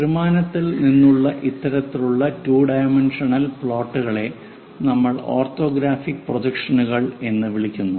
ത്രിമാനത്തിൽ നിന്നുള്ള ഇത്തരത്തിലുള്ള 2 ഡൈമൻഷണൽ പ്ലോട്ടുകളെ നമ്മൾ ഓർത്തോഗ്രാഫിക് പ്രൊജക്ഷനുകൾ എന്ന് വിളിക്കുന്നു